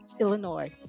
Illinois